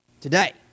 Today